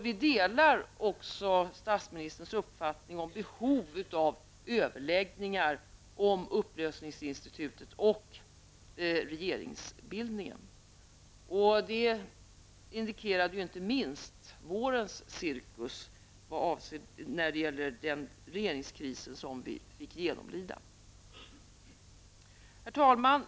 Vi delar statsministerns uppfattning om behov av överläggningar om upplösningsinstitutet och regeringsbildningen. Detta indikerade inte minst vårens cirkus vid den regeringskris som vi alla då fick genomlida. Herr talman!